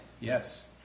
yes